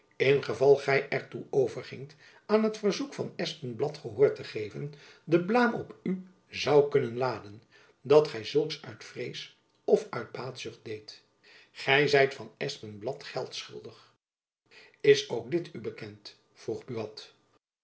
ingeval gy er toe overgingt aan het verzoek van van espenblad gehoor te geven den blaam op u zoû kunnen laden dat gy zulks uit vrees of uit baatzucht deedt gy zijt van espenblad geld schuldig is ook dit u bekend vroeg